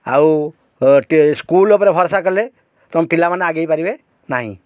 ଆଉ ସ୍କୁଲ୍ ଉପରେ ଭରସା କଲେ ତୁମ ପିଲାମାନେ ଆଗେଇ ପାରିବେ ନାହିଁ